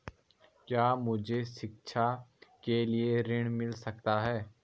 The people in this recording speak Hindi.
क्या मुझे शिक्षा के लिए ऋण मिल सकता है?